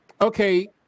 Okay